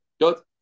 good